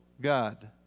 God